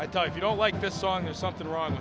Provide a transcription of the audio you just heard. i thought you don't like this song or something wrong